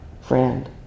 friend